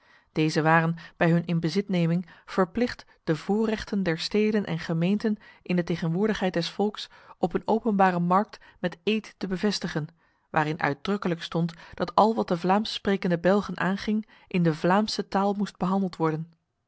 deze waren bij hun inbezitneming verplicht de voorrechten der steden en gemeenten in de tegenwoordigheid des volks op een openbare markt met eed te bevestigen waarin uitdrukkelijk stond dat al wat de vlaamssprekende belgen aanging in de vlaamse taal moest behandeld worden